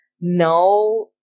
now